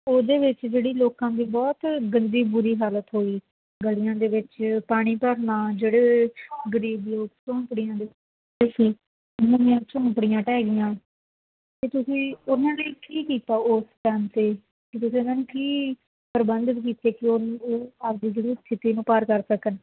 ਉਹਦੇ ਵਿੱਚ ਜਿਹੜੀ ਲੋਕਾਂ ਦੀ ਬਹੁਤ ਗੰਦੀ ਬੁਰੀ ਹਾਲਤ ਹੋਈ ਗਲੀਆਂ ਦੇ ਵਿੱਚ ਪਾਣੀ ਭਰਨਾ ਜਿਹੜੇ ਗਰੀਬ ਲੋਕ ਝੌਂਪੜੀਆਂ ਉਹਨਾਂ ਦੀਆਂ ਝੌਂਪੜੀਆਂ ਢਹਿ ਗਈਆਂ ਤਾਂ ਤੁਸੀਂ ਉਹਨਾਂ ਲਈ ਕੀ ਕੀਤਾ ਉਸ ਟਾਈਮ 'ਤੇ ਜਦੋਂ ਇਹਨਾਂ ਨੇ ਕੀ ਪ੍ਰਬੰਧ ਕੀਤੇ ਕਿ ਉਹ ਉਹ ਆਪਣੀ ਜਿਹੜੀ ਸਥਿਤੀ ਨੂੰ ਪਾਰ ਕਰ ਸਕਣ